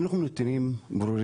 זה נתונים ברורים,